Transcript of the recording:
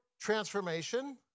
transformation